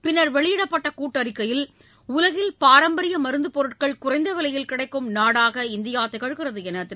பின்னர் வெளியிடப்பட்ட கூட்டறிக்கையில் உலகில் பாரம்பரிய மருந்துப் பொருட்கள் குறைந்த விலையில் கிடைக்கும் நாடாக இந்தியா திகழ்கிறது என திரு